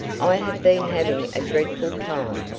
i have been having a dreadful time.